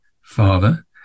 father